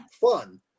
fun